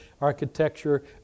Architecture